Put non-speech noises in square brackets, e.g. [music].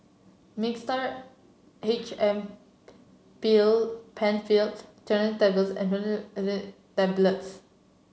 Mixtard H M [unintelligible] Penfill Cinnarizine Tablets [unintelligible] Tablets